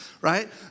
right